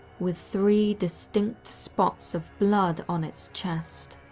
with three distinct spots of blood on its chest.